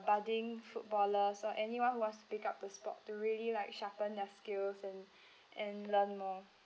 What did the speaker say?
budding footballers or anyone who wants to pick up the sport to really like sharpen their skills and and learn more